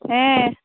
ᱦᱮᱸ